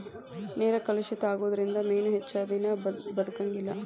ನೇರ ಕಲುಷಿತ ಆಗುದರಿಂದ ಮೇನು ಹೆಚ್ಚದಿನಾ ಬದಕಂಗಿಲ್ಲಾ